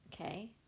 okay